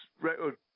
record